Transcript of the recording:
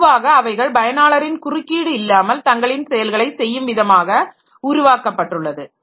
பொதுவாக அவைகள் பயனாளரின் குறுக்கீடு இல்லாமல் தங்களின் செயல்களை செய்யும் விதமாக உருவாக்கப்பட்டுள்ளது